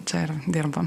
čia ir dirbam